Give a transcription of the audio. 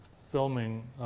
filming